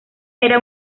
era